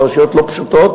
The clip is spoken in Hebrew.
פרשיות לא פשוטות